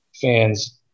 fans